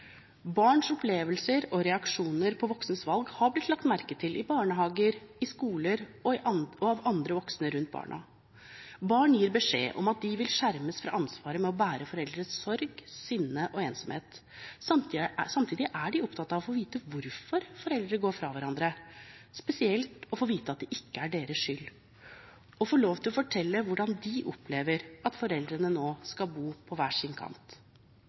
Barns opplevelser og reaksjoner på voksnes valg har blitt lagt godt merke til i barnehager, i skoler og av andre voksne rundt barna. Barn gir beskjed om at de vil skjermes fra ansvaret med å bære foreldrenes sorg, sinne og ensomhet. Samtidig er de opptatt av å få vite hvorfor foreldrene går fra hverandre, spesielt å få vite at det ikke er deres skyld, og få lov til å fortelle hvordan de opplever at foreldrene nå skal bo på hver sin kant.